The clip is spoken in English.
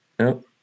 No